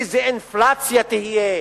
איזה אינפלציה תהיה,